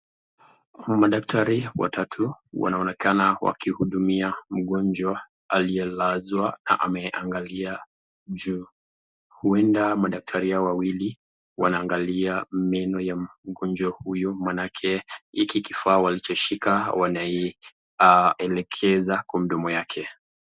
Madaktari watatu wanaonekana wakihudumia mgonjwa aliyelazwa na ameangalia juu, huenda ,madaktari hawa wawili wanaangalia meno ya mgonjwa huyu maanake hiki kifaa walichoshika wanaielekeza kwa mdomo yake.